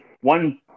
one